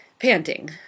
panting